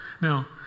Now